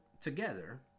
together